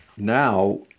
Now